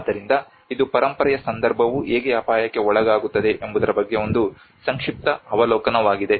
ಆದ್ದರಿಂದ ಇದು ಪರಂಪರೆಯ ಸಂದರ್ಭವು ಹೇಗೆ ಅಪಾಯಕ್ಕೆ ಒಳಗಾಗುತ್ತದೆ ಎಂಬುದರ ಬಗ್ಗೆ ಒಂದು ಸಂಕ್ಷಿಪ್ತ ಅವಲೋಕನವಾಗಿದೆ